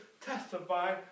testify